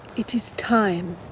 it is time.